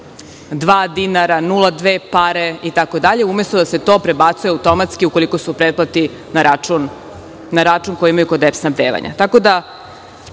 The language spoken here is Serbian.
dinara, 0,2 pare, umesto da se to prebacuje automatski ukoliko se pretplati na račun koji imaju kod EPS snabdevanja.